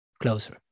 closer